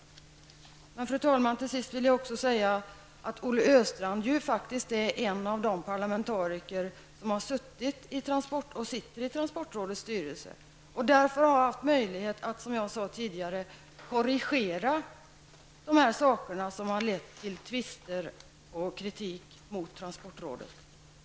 Till sist, fru talman, vill jag säga att Olle Östrand faktiskt är en av de parlamentariker som har suttit och sitter i transportrådets styrelse och därför haft möjlighet att, som jag sade tidigare, korrigera dessa saker som lett till tvister och kritik mot transportrådet.